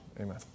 amen